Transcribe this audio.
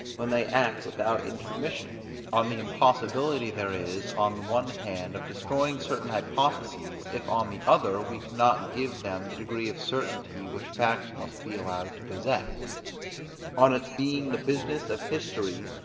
when they act without intermission on the impossibility there is on the one hand of destroying certain hypotheses, if on the other we can not give them the degree of certainty which facts must be allowed to possess on its being the business of history,